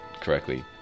correctly